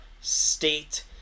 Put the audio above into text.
State